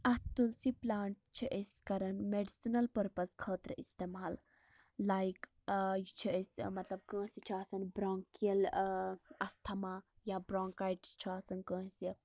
اَتھ تُلسی پٔلانٹ چھِ أسۍ کران میڈِسِنَل پٔرپَز خٲطرٕ اِستعمال لایِک اۭں یہِ چھِ أسۍ مطلب کٲنسہِ چھِ آسان برونکِیَل اَستھما یا برونکایِٹٕس چھُ آسان کٲنسہِ